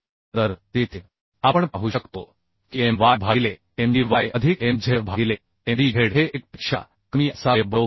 तर तेथे आपण पाहू शकतो की m y भागिले m d y अधिक m z भागिले m d z हे 1 पेक्षा कमी असावे बरोबर